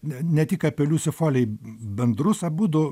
ne ne tik apie liusi folei bendrus abudu